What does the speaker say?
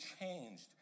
changed